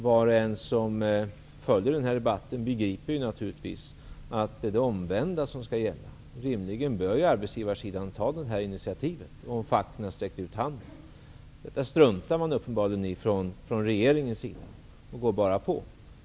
Var och en som följer den här debatten begriper naturligtvis att det är det omvända som skall gälla. Rimligen bör arbetsgivarsidan ta det här initiativet, och facket har sträckt ut handen. Detta struntar uppenbarligen regeringen i och går bara på.